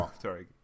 Sorry